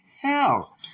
hell